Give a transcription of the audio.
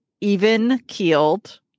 even-keeled